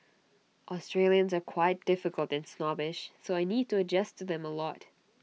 Australians are quite difficult and snobbish so I need to adjust to them A lot